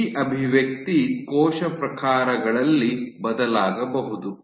ಈ ಅಭಿವ್ಯಕ್ತಿ ಕೋಶ ಪ್ರಕಾರಗಳಲ್ಲಿ ಬದಲಾಗಬಹುದು